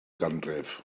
ganrif